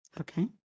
Okay